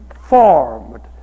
formed